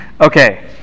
Okay